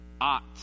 ought